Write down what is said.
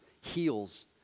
heals